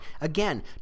Again